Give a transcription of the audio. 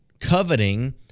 coveting